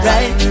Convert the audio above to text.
Right